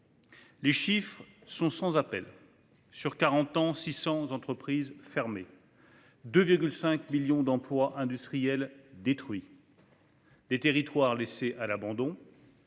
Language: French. Les chiffres sont sans appel : en quarante ans, six cents entreprises fermées, 2,5 millions d'emplois industriels détruits, des territoires laissés à l'abandon,